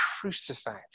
crucified